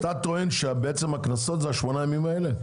אתה טוען שהקנסות זה ה-8 ימים האלה?